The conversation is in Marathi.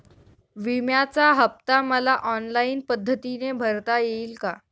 विम्याचा हफ्ता मला ऑनलाईन पद्धतीने भरता येईल का?